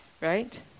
right